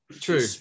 True